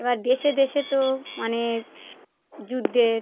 এবার দেশে দেশে তো অনেক যুদ্ধের